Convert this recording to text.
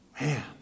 Man